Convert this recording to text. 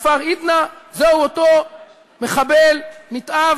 בכפר אידנא, זהו אותו מחבל נתעב